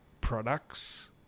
products